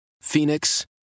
Phoenix